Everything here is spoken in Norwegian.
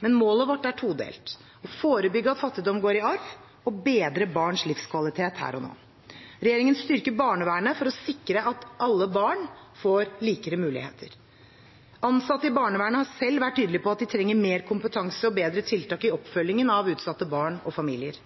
Målet vårt er todelt: å forebygge at fattigdom går i arv, og å bedre barns livskvalitet her og nå. Regjeringen styrker barnevernet for å sikre at alle barn får likere muligheter. Ansatte i barnevernet har selv vært tydelige på at de trenger mer kompetanse og bedre tiltak i oppfølgingen av utsatte barn og familier.